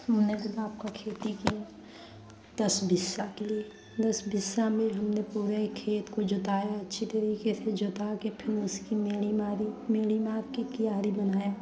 मैंने कितना आपका खेती की दस बीस साल की दस बीस साल में हमने पूरे खेत को जुताया अच्छी तरीके से जोता के फिर उसकी मेड़ी मारी मेड़ी नाप की क्यारी बनाया